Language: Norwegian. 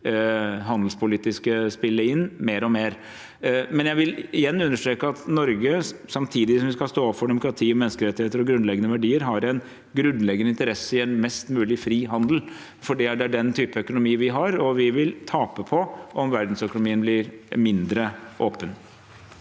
handelspolitiske spille inn mer og mer. Jeg vil igjen understreke at Norge, samtidig som vi skal stå opp for demokrati, menneskerettigheter og våre grunnleggende verdier, har en grunnleggende interesse i en mest mulig fri handel, fordi det er den typen økonomi vi har, og vi vil tape på at verdensøkonomien blir mindre åpen.